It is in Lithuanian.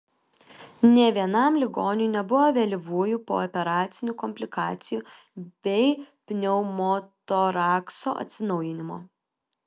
nė vienam ligoniui nebuvo vėlyvųjų pooperacinių komplikacijų bei pneumotorakso atsinaujinimo